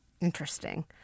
Interesting